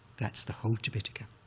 that's the whole tipitaka,